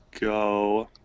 go